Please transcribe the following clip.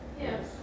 Yes